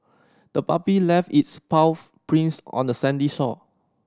the puppy left its paw prints on the sandy shore